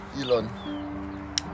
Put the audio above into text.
Elon